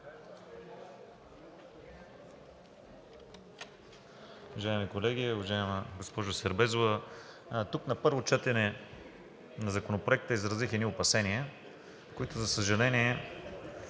Уважаеми колеги! Уважаема госпожо Сербезова, тук на първо четене на Законопроекта изразих едни опасения, които, за съжаление,